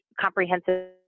comprehensive